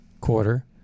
quarter